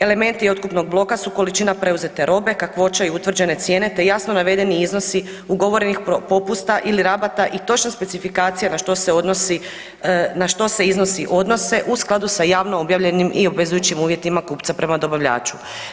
Elementi otkupnog bloka su količina preuzete robe, kakvoće i utvrđene cijene te jasno navedeni iznosi ugovorenih popusta ili rabata i točno specifikacija na što se iznosi odnose u skladu sa javno objavljenim i obvezujućim uvjetima kupca prema dobavljaču.